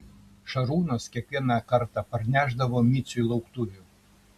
šarūnas kiekvieną kartą parnešdavo miciui lauktuvių